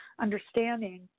understanding